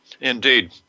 Indeed